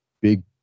big